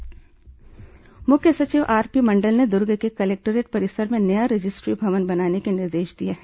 CS Durg मुख्य सचिव आरपी मंडल ने दूर्ग के कलेक्टोरेट परिसर में नया रजिस्ट्री भवन बनाने के निर्देश दिए हैं